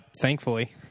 thankfully